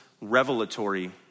revelatory